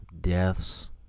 Deaths